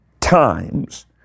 times